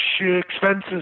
expenses